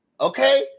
Okay